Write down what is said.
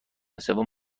سوم